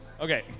Okay